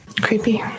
Creepy